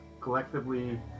collectively